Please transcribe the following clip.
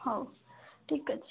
ହଉ ଠିକ୍ ଅଛି